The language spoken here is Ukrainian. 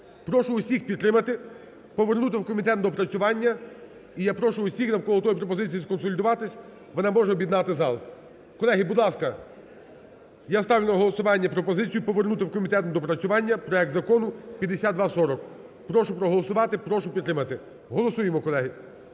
Прошу усіх підтримати: повернути в комітет на доопрацювання. І я прошу усіх навколо тої пропозиції сконсолідуватися, вона може об'єднати зал. Колеги, будь ласка. Я ставлю на голосування пропозицію – повернути в комітет на доопрацювання проект Закону 5240. Прошу проголосувати. Прошу підтримати. Голосуємо, колеги.